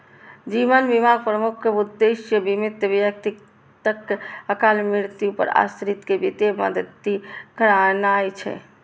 जीवन बीमाक प्रमुख उद्देश्य बीमित व्यक्तिक अकाल मृत्यु पर आश्रित कें वित्तीय मदति करनाय छै